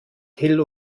till